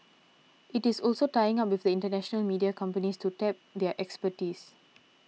it is also tying up with international media companies to tap their expertise